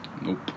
Nope